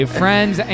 friends